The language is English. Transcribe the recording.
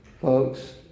folks